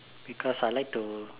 because I like to